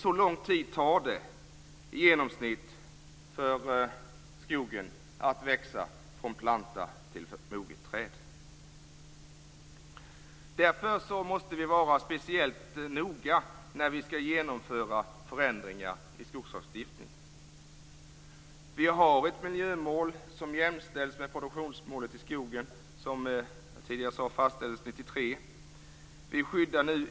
Så lång tid tar det i genomsnitt för skogen att växa från planta till moget träd. Därför måste vi vara speciellt noga när vi skall genomföra förändringar i skogslagstiftningen. Vi har ett miljömål som jämställs med produktionsmålet för skogen, vilket fastställdes 1993.